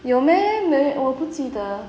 有 meh me~ 我不记得